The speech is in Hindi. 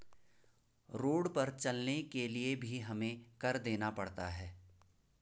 रोड पर चलने के लिए भी हमें कर देना पड़ता है